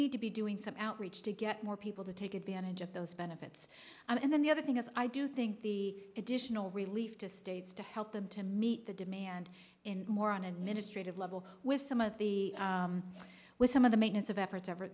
need to be doing some outreach to get more people to take advantage of those benefits and then the other thing is i do think the additional relief to states to help them to meet the demand in moron and ministry to level with some of the with some of the maintenance of effort ever